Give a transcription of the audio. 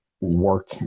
work